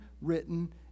written